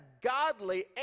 godly